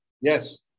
Yes